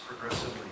progressively